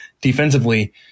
defensively